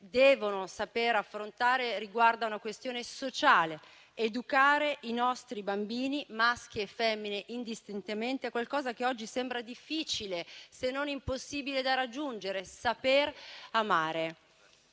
devono saper affrontare riguarda una questione sociale: educare i nostri bambini, maschi e femmine indistintamente, a qualcosa che oggi sembra difficile, se non impossibile da raggiungere: saper amare.